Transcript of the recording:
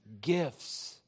gifts